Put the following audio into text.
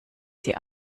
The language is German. sie